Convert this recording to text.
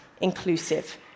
inclusive